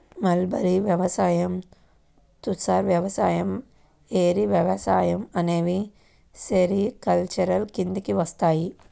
mulberry వ్యవసాయం, తుసర్ వ్యవసాయం, ఏరి వ్యవసాయం అనేవి సెరికల్చర్ కిందికి వస్తాయి